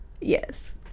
Yes